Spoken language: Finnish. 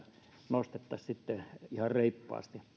nostettaisiin sitten ihan reippaasti